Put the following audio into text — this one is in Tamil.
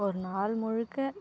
ஒரு நாள் முழுக்க